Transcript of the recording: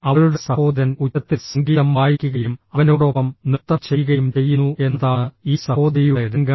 അവളുടെ സഹോദരൻ ഉച്ചത്തിൽ സംഗീതം വായിക്കുകയും അവനോടൊപ്പം നൃത്തം ചെയ്യുകയും ചെയ്യുന്നു എന്നതാണ് ഈ സഹോദരിയുടെ രംഗം